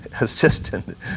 assistant